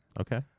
Okay